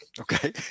Okay